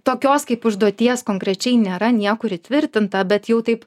tokios kaip užduoties konkrečiai nėra niekur įtvirtinta bet jau taip